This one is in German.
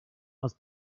aus